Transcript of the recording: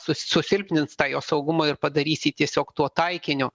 su susilpnins tą jo saugumą ir padarys jį tiesiog tuo taikiniu